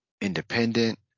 independent